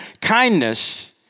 Kindness